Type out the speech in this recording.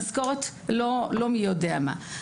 המשכורות לא מי יודע מה.